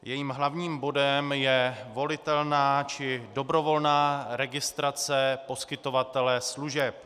Jejím hlavním bodem je volitelná či dobrovolná registrace poskytovatele služeb.